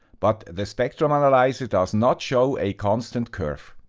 but the spectrum analyzer does not show a constant curve.